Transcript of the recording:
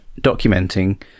documenting